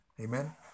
Amen